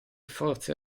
forze